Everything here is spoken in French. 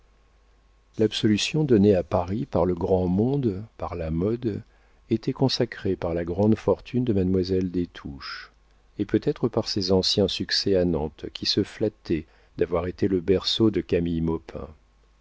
l'absolution donnée à paris par le grand monde par la mode était consacrée par la grande fortune de mademoiselle des touches et peut-être par ses anciens succès à nantes qui se flattait d'avoir été le berceau de camille